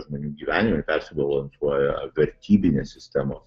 žmonių gyvenime persibalansuoja vertybinės sistemos